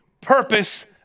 purpose